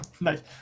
Nice